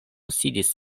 sidis